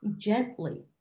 gently